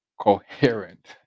coherent